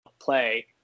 play